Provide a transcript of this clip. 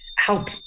help